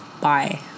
Bye